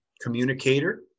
communicator